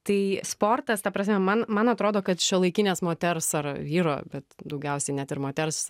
tai sportas ta prasme man man atrodo kad šiuolaikinės moters ar vyro bet daugiausiai net ir moters